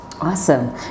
awesome